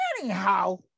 Anyhow